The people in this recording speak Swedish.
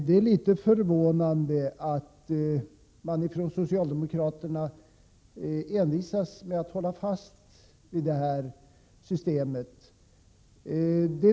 Det är litet förvånande att socialdemokraterna envisas med att hålla fast vid det här systemet.